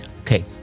Okay